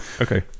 okay